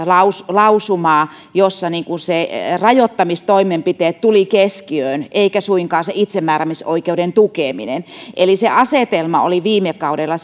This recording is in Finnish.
lausumaa jossa rajoittamistoimenpiteet tulivat keskiöön eikä suinkaan itsemääräämisoikeuden tukeminen eli asetelma oli viime kaudella